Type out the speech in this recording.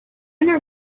owner